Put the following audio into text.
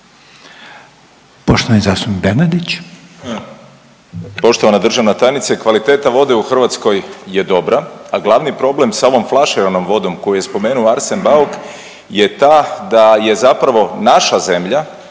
(Socijaldemokrati)** Poštovana državna tajnice, kvaliteta vode u Hrvatskoj je dobra, a glavni problem s ovom flaširanom vodom koju je spomenuo Arsen Bauk je ta da je zapravo naša zemlja